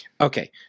Okay